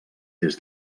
des